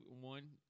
one